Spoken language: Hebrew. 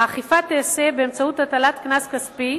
האכיפה תיעשה באמצעות הטלת קנס כספי,